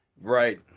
Right